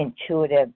intuitive